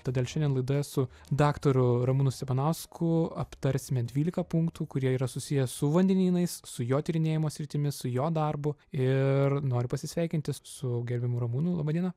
todėl šiandien laidoje su daktaru ramūnu stepanausku aptarsime dvylika punktų kurie yra susiję su vandenynais su jo tyrinėjimo sritimis su jo darbu ir noriu pasisveikinti su gerbiamu ramūnu laba diena